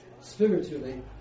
spiritually